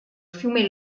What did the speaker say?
fiume